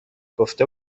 گفته